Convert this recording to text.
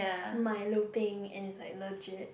milo peng and is like legit